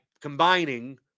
combining